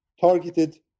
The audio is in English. targeted